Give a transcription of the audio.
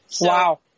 Wow